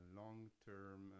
long-term